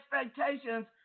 expectations